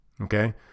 Okay